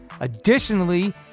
additionally